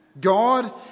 God